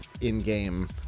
in-game